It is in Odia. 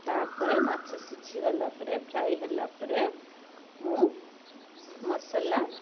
ତାପରେ ମାଛ ସିଝି ଗଲା ପରେ ଫ୍ରାଏ ହେଲା ପରେ ମୁଁ ମସଲା